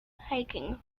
hiking